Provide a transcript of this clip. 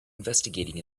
investigating